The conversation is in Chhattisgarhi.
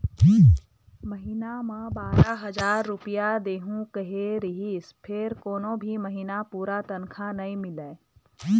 महिना म बारा हजार रूपिया देहूं केहे रिहिस फेर कोनो भी महिना पूरा तनखा नइ मिलय